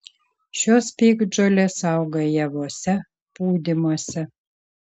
šios piktžolės auga javuose pūdymuose